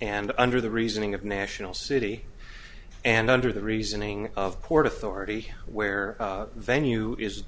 and under the reasoning of national city and under the reasoning of port authority where venue is